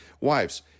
wives